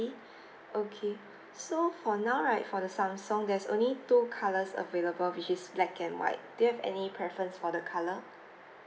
okay so for now right for the samsung there's only two colours available which is black and white do you have any preference for the colour